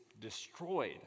destroyed